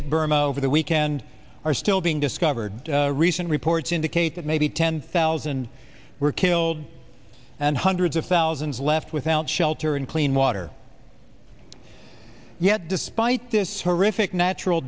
hit burma over the weekend are still being discovered recent reports indicate that maybe ten thousand were killed and hundreds of thousands left without shelter and clean water yet despite this horrific natural